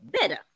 better